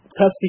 tough